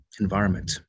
environment